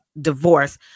divorce